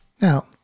Now